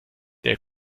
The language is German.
der